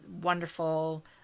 wonderful